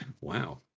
Wow